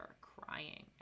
crying